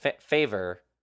favor